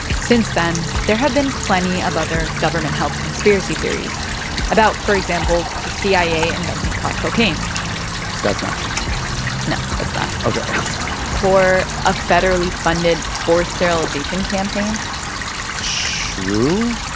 since then there have been plenty of other government health conspiracy theories about, for example, the cia inventing crack cocaine that's not true no, it's not ok or a federally funded forced sterilization campaign true?